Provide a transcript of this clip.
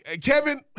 Kevin